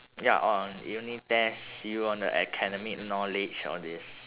ya on~ they only test you on the academic knowledge all this